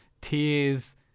tears